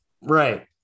Right